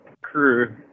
crew